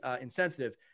insensitive